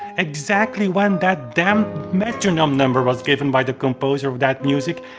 exactly when that damned metronome number was given by the composer of that music,